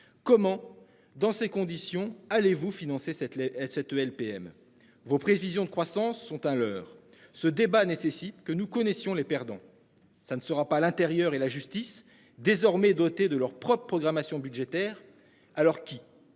Comment dans ces conditions, allez vous financer cette les cette LPM vos prévisions de croissance sont à l'heure ce débat nécessite que nous connaissions les perdants. Ça ne sera pas à l'intérieur et la justice désormais dotés de leur propre programmation budgétaire alors qu'il